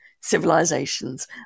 civilizations